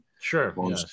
Sure